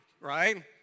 right